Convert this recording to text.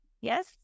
Yes